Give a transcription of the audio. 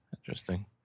Interesting